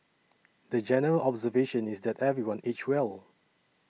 the general observation is that everyone aged well